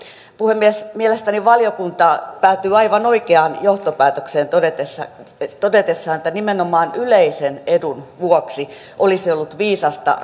puhemies mielestäni valiokunta päätyy aivan oikeaan johtopäätökseen todetessaan todetessaan että nimenomaan yleisen edun vuoksi olisi ollut viisasta